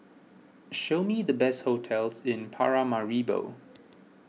show me the best hotels in Paramaribo